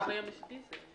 היום יש דיזל.